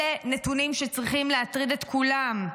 אלה נתונים שצריכים להטריד את כולם.